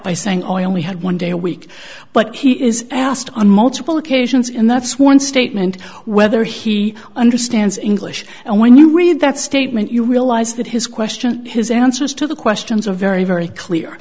by saying oil only had one day a week but he is asked on multiple occasions in that sworn statement whether he understands english and when you read that statement you realize that his question his answers to the questions are very very clear